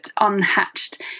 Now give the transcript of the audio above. unhatched